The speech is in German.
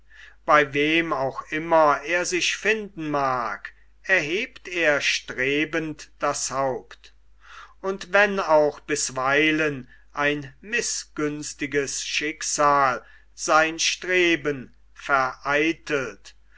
bei wem auch immer er sich finden mag erhebt er strebend das haupt und wenn auch bisweilen ein mißgünstiges schicksal sein streben vereitelt